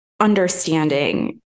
understanding